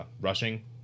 rushing